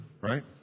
right